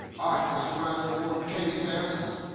ah let's remind everyone of katie's answers.